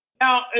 Now